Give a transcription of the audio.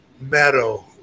meadow